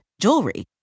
jewelry